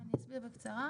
אני אסביר בקצרה.